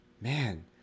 Man